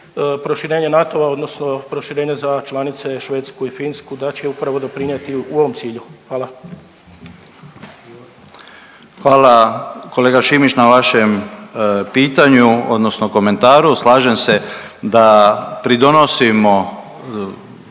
proširenje NATO-a odnosno proširenje za članice Švedsku i Finsku da će upravo doprinijeti u ovom cilju, hvala. **Stier, Davor Ivo (HDZ)** Hvala kolega Šimić na vašem pitanju odnosno komentaru. Slažem se da pridonosimo